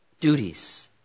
duties